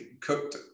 cooked